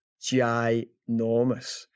ginormous